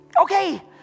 okay